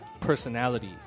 personality